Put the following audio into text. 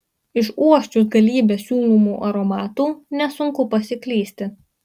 išuosčius galybę siūlomų aromatų nesunku pasiklysti